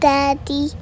Daddy